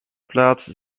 plaats